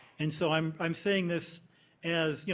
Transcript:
and so i'm i'm saying this as you